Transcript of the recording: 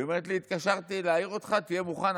והיא אומרת לי: התקשרתי להעיר אותך, תהיה מוכן.